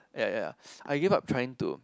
ya ya I give up trying to